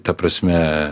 ta prasme